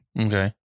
Okay